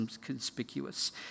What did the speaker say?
conspicuous